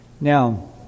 Now